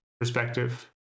perspective